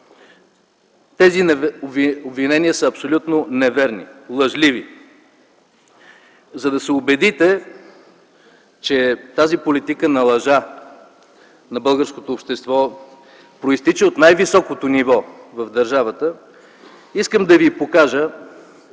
Тези обвинения са абсолютно неверни, лъжливи. За да се убедите, че тази политика на лъжа на българското общество произтича от най-високо ниво в държавата, искам да ви покажа